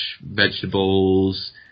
vegetables